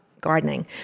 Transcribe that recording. gardening